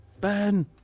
Ben